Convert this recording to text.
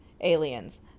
Aliens